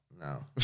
no